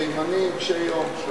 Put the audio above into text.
תימנים קשי-יום.